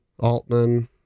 Altman